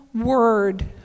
word